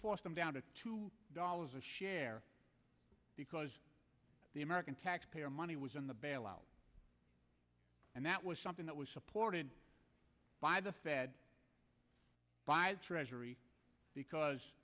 force them down to two dollars a share because the american taxpayer money was in the bailout and that was something that was supported by the fed buys treasury because